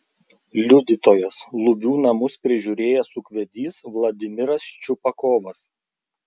liudytojas lubių namus prižiūrėjęs ūkvedys vladimiras ščiupakovas